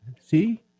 See